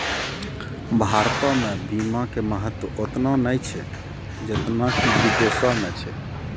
भारतो मे बीमा के महत्व ओतना नै छै जेतना कि विदेशो मे छै